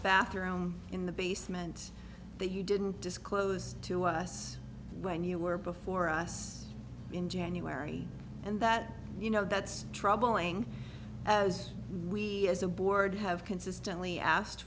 bathroom in the basement that you didn't disclose to us when you were before us in january and that you know that's troubling as we as a board have consistently asked